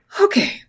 Okay